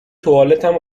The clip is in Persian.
توالتم